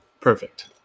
perfect